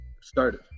started